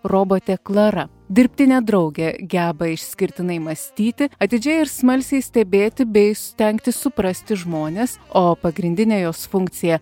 robotė klara dirbtinė draugė geba išskirtinai mąstyti atidžiai ir smalsiai stebėti bei stengtis suprasti žmones o pagrindinė jos funkcija